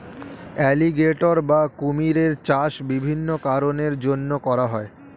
alligator বা কুমিরের চাষ বিভিন্ন কারণের জন্যে করা হয়